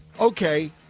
Okay